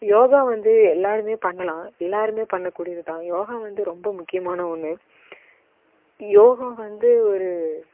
யோகா வந்து எல்லாேருமே பண்ணலாம் எல்லாேருமே பண்ணக்கூடியது தான் யோகா வந்து ரொம்ப முக்கியமான ஒன்று யோகா வந்து ஒரு